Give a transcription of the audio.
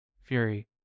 fury